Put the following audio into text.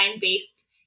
based